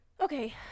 Okay